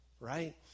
right